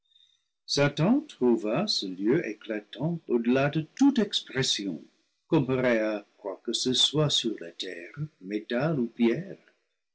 satan trouva ce lieu éclatant au-delà de toute expression comparé à quoi que ce soit sur la terre métal ou pierre